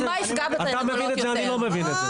אני לא מבין את זה.